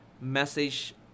message